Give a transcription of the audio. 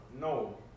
No